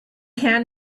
can